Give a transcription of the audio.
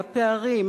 הפערים,